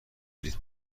بلیط